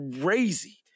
crazy—